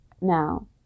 now